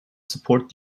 support